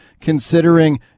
considering